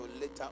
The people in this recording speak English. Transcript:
later